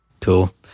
Cool